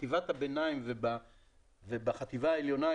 בחטיבת הביניים ובחטיבה העליונה,